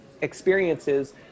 experiences